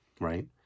right